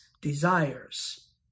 desires